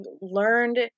learned